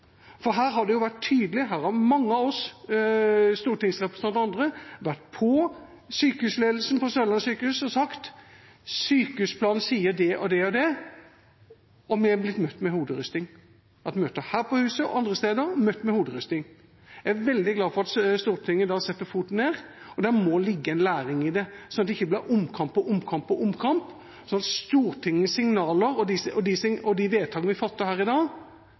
For her har det vært tydelig: Her har mange stortingsrepresentanter og andre vært på sykehusledelsen ved Sørlandet sykehus og sagt at sykehusplanen sier det og det – og vi er blitt møtt med hoderysting. Vi har hatt møte her på huset og andre steder – og er blitt møtt med hoderysting. Jeg er veldig glad for at Stortinget i dag setter foten ned. Det må ligge en læring i det, slik at det ikke blir omkamp på omkamp, og slik at Stortingets signaler og de vedtak vi fatter her i dag,